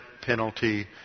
penalty